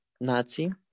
Nazi